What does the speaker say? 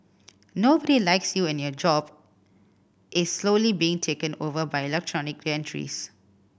nobody likes you and your job is slowly being taken over by electronic gantries